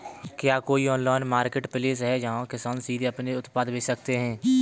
क्या कोई online marketplace है जहाँ किसान सीधे अपने उत्पाद बेच सकते हैं?